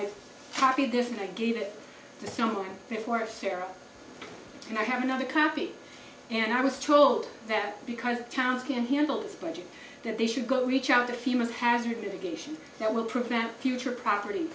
this and i gave it to someone before sarah and i have another copy and i was told that because towns can handle its budget then they should go reach out to female hazard mitigation that will prevent future property